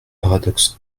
paradoxe